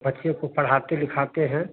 बच्चे को पढ़ाते लिखाते हैं